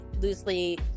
loosely